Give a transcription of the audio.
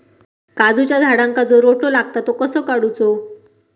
काजूच्या झाडांका जो रोटो लागता तो कसो काडुचो?